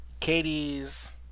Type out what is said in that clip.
Katie's